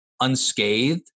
unscathed